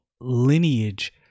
lineage